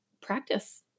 practice